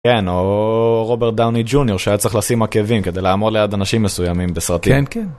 כן, או רוברט דאוני ג'וניאר שהיה צריך לשים עקבים כדי לעמוד ליד אנשים מסוימים בסרטים.